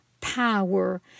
power